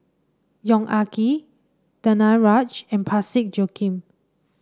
Yong Ah Kee Danaraj and Parsick Joaquim